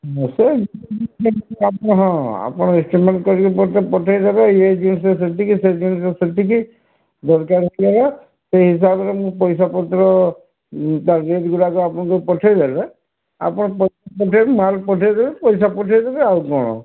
ସେ ହଁ ଆପଣ ଏସ୍ ଏମ୍ ଏସ୍ କରିକି ମୋତେ ପଠେଇଦେବେ ଇଏ ଜିନିଷ ଏତିକି ସେ ଜିନିଷ ସେତିକି ଦରକାର କରିବା ସେଇ ହିସାବରେ ମୁଁ ପଇସାପତ୍ର ତା' ରେଟ୍ ଗୁଡ଼ାକ ଆପଣଙ୍କୁ ପଠେଇଦେଲେ ଆପଣ ପଠେଇବେ ମାଲ ପଠେଇଦେବେ ପଇସା ପଠେଇଦେବେ ଆଉ କ'ଣ